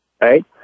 right